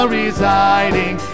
residing